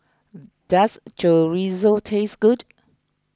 does Chorizo taste good